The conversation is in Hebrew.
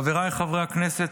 חבריי חברי הכנסת,